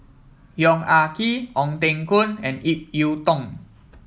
Yong Ah Kee Ong Teng Koon and Ip Yiu Tung